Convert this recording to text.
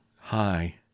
Hi